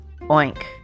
oink